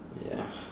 ya